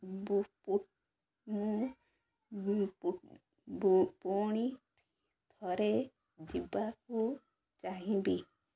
ବୁ ମୁଁ ପୁଣି ଥରେ ଯିବାକୁ ଚାହିଁବି